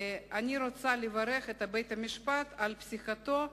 אני רוצה לברך את בית-המשפט על פסיקתו,